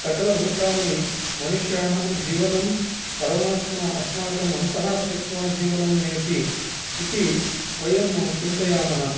सकलभूतानि मनुष्याणां जीवनं परमात्मा अस्माकं अन्तः स्थित्वा जीवनं नयति इति वयं चिन्तयामः